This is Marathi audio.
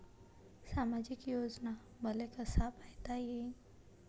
सामाजिक योजना मले कसा पायता येईन?